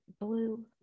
blue